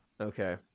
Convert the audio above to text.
okay